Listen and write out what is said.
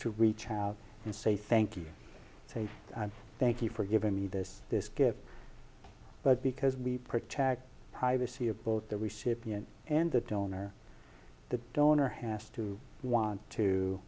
to reach out and say thank you thank you for giving me this this gift but because we protect the privacy of both the recipient and the donor the donor has to want to